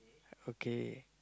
okay